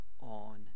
on